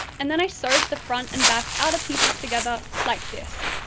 and then i sewed the front and back outer pieces together like this.